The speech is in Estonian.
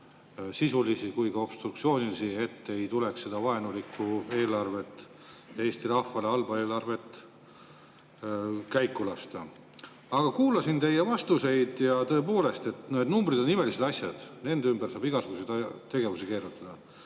sisulisi kui ka obstruktsioonilisi, et ei tuleks käiku lasta seda vaenulikku eelarvet, Eesti rahvale halba eelarvet. Aga kuulasin teie vastuseid, ja tõepoolest, need numbrid on imelised asjad, nende ümber saab igasuguseid tegevusi keerutada.